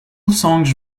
songs